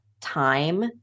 time